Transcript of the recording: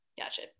gotcha